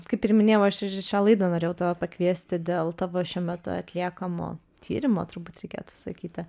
kaip ir minėjau aš ir į šią laidą norėjau tavo pakviesti dėl tavo šiuo metu atliekamo tyrimo turbūt reikėtų sakyti